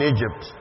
Egypt